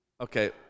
okay